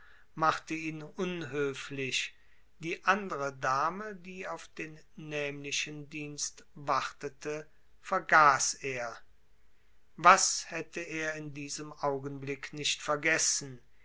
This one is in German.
machte ihn unhöflich die andere dame die auf den nämlichen dienst wartete vergaß er was hätte er in diesem augenblick nicht vergessen